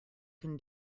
can